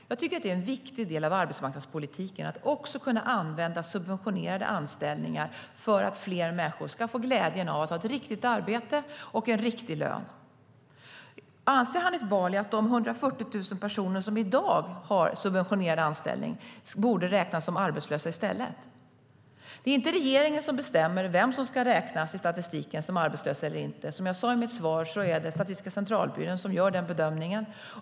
Det är en viktig del av arbetsmarknadspolitiken att kunna använda även subventionerade anställningar för att fler människor ska få glädjen att ha ett riktigt arbete och en riktig lön. Anser Hanif Bali att de 140 000 personer som i dag har subventionerad anställning borde räknas som arbetslösa i stället? Det är inte regeringen som bestämmer vem som ska räknas som arbetslös eller inte i statistiken. Som jag sade i mitt svar är det Statistiska centralbyrån som gör den bedömningen.